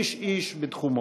איש-איש בתחומו: